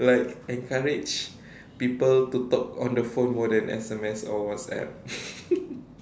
like encourage people to talk on the phone more that S_M_S or WhatsApp